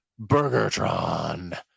BurgerTron